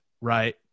right